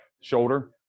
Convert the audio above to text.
Shoulder